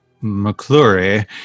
McClure